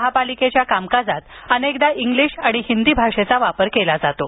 महापालिकेच्या कामकाजात अनेकदा इंग्रजी आणि हिंदी भाषेचा वापर केला जातो